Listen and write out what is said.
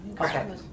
okay